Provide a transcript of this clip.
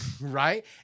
Right